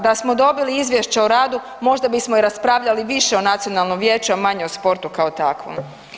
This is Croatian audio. Da smo dobili izvješće o radu možda bismo raspravljali više o Nacionalnom vijeću, a manje o sportu kao takvom.